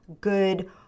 good